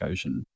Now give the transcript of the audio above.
Ocean